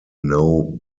know